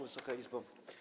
Wysoka Izbo!